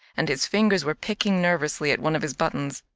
and his fingers were picking nervously at one of his buttons.